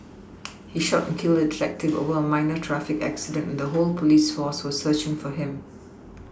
he shot and killed a detective over a minor traffic accident the whole police force was searching for him